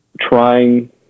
trying